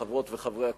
חברות וחברי הכנסת,